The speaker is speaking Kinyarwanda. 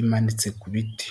imanitse ku biti.